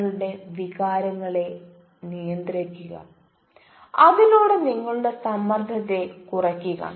നിങ്ങളുടെ വികാരങ്ങളെ നിയന്ത്രിക്കുക അതിലൂടെ നിങ്ങളുടെ സമ്മർദത്തെ കുറയ്ക്കുക